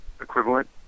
equivalent